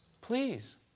Please